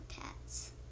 pets